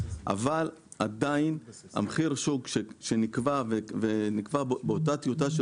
אבל עדיין מחיר השוק שנקבע ונקבע באותה טיוטה של